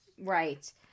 Right